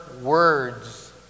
words